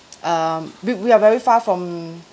um we we are very far from